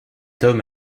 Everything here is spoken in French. homme